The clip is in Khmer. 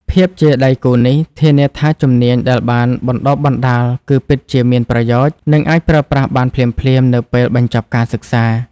ភាពជាដៃគូនេះធានាថាជំនាញដែលបានបណ្តុះបណ្តាលគឺពិតជាមានប្រយោជន៍ និងអាចប្រើប្រាស់បានភ្លាមៗនៅពេលបញ្ចប់ការសិក្សា។